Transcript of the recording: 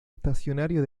estacionario